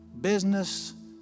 business